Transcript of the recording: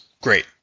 Great